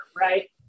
right